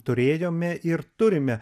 turėjome ir turime